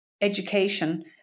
education